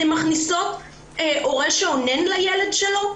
אתן מכניסות הורה שאונן לילד שלו?